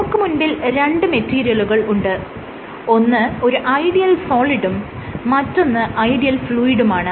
നമുക്ക് മുൻപിൽ രണ്ട് മെറ്റീരിയലുകൾ ഉണ്ട് ഒന്ന് ഒരു ഐഡിയൽ സോളിഡും മറ്റൊന്ന് ഐഡിയൽ ഫ്ലൂയിഡുമാണ്